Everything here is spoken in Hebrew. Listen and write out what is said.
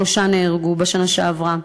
שלושה נהרגו בשנה שעברה.